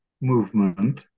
movement